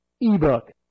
ebook